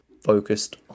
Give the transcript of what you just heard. focused